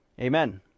amen